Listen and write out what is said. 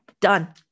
done